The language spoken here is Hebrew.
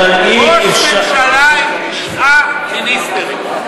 ראש ממשלה עם תשעה מיניסטרים.